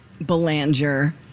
Belanger